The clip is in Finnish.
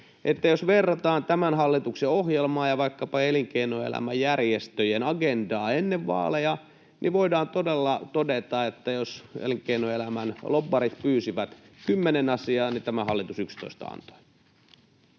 Jos verrataan tämän hallituksen ohjelmaa ja vaikkapa elinkeinoelämän järjestöjen agendaa ennen vaaleja, niin voidaan todella todeta, että jos elinkeinoelämän lobbarit pyysivät 10 asiaa, niin tämä hallitus antoi